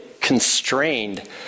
constrained